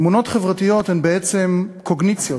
אמונות חברתיות הן בעצם קוגניציות,